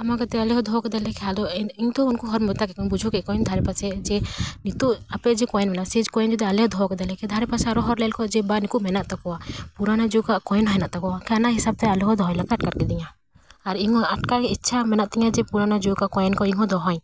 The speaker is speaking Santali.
ᱮᱢᱟ ᱠᱟᱛᱮ ᱟᱞᱮ ᱦᱚᱸ ᱫᱚᱦᱚ ᱠᱮᱫᱟ ᱞᱮ ᱠᱷᱟ ᱟᱫᱚ ᱤᱧ ᱫᱚ ᱩᱱᱠᱩ ᱦᱚᱲ ᱢᱮᱛᱟᱠᱮᱫ ᱠᱮᱫ ᱠᱚᱣᱟᱹᱧ ᱵᱩᱡᱷᱟᱣ ᱠᱮᱫ ᱠᱚᱣᱟᱹᱧ ᱫᱷᱟᱨᱮ ᱯᱟᱥᱮ ᱡᱮ ᱱᱤᱛᱚᱜ ᱟᱯᱮ ᱡᱮ ᱠᱚᱭᱮᱱ ᱢᱮᱱᱮᱜᱼᱟ ᱥᱮᱡ ᱠᱚᱭᱮᱱ ᱟᱞᱮ ᱦᱚᱸ ᱫᱚᱦᱚ ᱠᱮᱫᱟ ᱞᱮ ᱫᱷᱟᱨᱮ ᱯᱟᱥᱮ ᱟᱨᱚ ᱦᱚᱲ ᱞᱟᱹᱭᱞᱮᱠᱚ ᱡᱮ ᱵᱟ ᱱᱩᱠᱩ ᱢᱮᱱᱟᱜ ᱛᱟᱠᱚᱣᱟ ᱯᱩᱨᱟᱢᱳ ᱡᱩᱜᱽ ᱟᱜ ᱠᱚᱭᱮᱱ ᱦᱚᱸ ᱦᱮᱱᱟᱜ ᱛᱟᱠᱚᱣᱟ ᱚᱱᱟ ᱦᱤᱥᱟᱹᱵ ᱛᱮ ᱟᱞᱮ ᱦᱚᱸ ᱫᱚᱦᱚᱭ ᱞᱟᱜᱟᱫ ᱟᱴᱠᱟᱨ ᱠᱮᱫᱤᱧᱟ ᱟᱨ ᱤᱧᱦᱚᱸ ᱟᱴᱠᱟᱨ ᱤᱪᱪᱷᱟ ᱢᱮᱱᱟᱜ ᱛᱤᱧᱟᱹ ᱡᱮ ᱯᱩᱨᱟᱱᱳ ᱡᱩᱜᱽ ᱠᱚ ᱠᱚᱭᱮᱱ ᱠᱚ ᱤᱧ ᱦᱚᱸ ᱫᱚᱦᱚ ᱟᱹᱧ